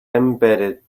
embedded